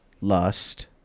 Lust